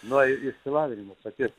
nuo išsilavinimo paties